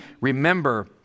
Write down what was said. remember